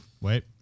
Wait